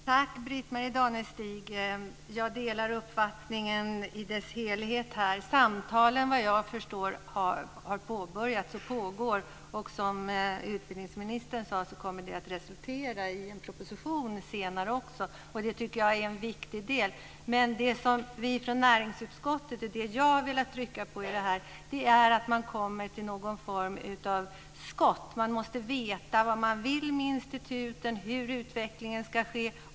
Fru talman! Tack, Britt-Marie Danestig. Jag delar uppfattningen i dess helhet. Samtalen har påbörjats och pågår. Som utbildningsministern sade kommer de att resultera i en proposition senare. Det är en viktig del. Det som vi i näringsutskottet och jag vill trycka på är att de kommer till skott. Man måste veta vad man vill med instituten och hur utvecklingen ska ske.